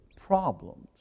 problems